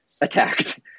attacked